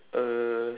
uh